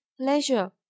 pleasure